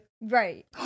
Right